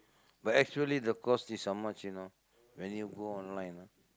but actually the cost is how much you know when you go online ah